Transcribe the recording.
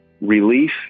relief